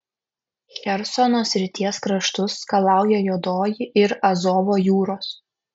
chersono srities kraštus skalauja juodoji ir azovo jūros